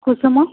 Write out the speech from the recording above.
କୁସୁମ